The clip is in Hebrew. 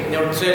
רוחמה,